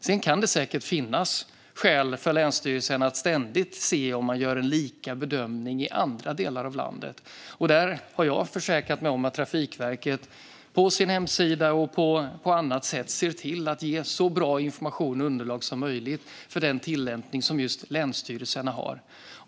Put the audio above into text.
Det kan säkert finnas skäl för länsstyrelsen att ständigt se om man gör samma bedömning i andra delar av landet, och jag har försäkrat mig om att Trafikverket på sin hemsida och på annat sätt ser till att ge så bra information och underlag som möjligt för länsstyrelsernas tillämpning av reglerna.